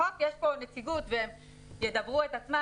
יש כאן נציגות והם יאמרו בעצמם